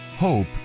Hope